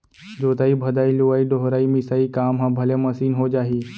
जोतइ भदई, लुवइ डोहरई, मिसाई काम ह भले मसीन हो जाही